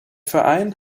verein